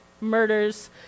murders